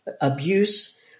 abuse